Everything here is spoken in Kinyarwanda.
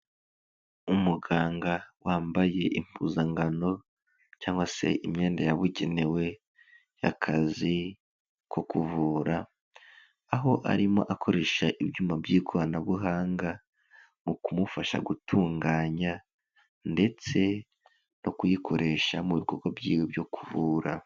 Umuganga wambaye impuzangano cyangwa se imyenda yabugenewe y'akazi ko kuvura, aho arimo akoresha ibyuma by'ikoranabuhanga, mu kumufasha gutunganya ndetse no kuyikoresha mu bikorwa byiwe byo kuvura.